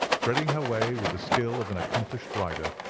threading her way with the skill of an accomplished rider,